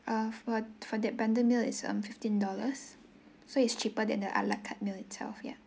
uh for for that bundle meal is um fifteen dollars so it's cheaper than the ala carte meal itself ya